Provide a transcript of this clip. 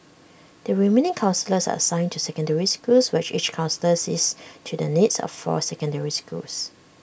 the remaining counsellors are assigned to secondary schools where each counsellor sees to the needs of four secondary schools